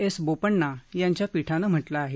S Bopanna यांच्या पीठानं म्हटलं आहे